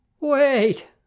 wait